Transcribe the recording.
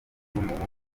w’umuhungu